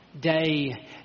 day